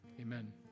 Amen